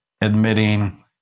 admitting